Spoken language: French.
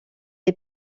est